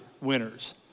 winners